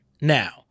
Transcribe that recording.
Now